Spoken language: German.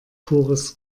pures